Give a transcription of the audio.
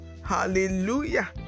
hallelujah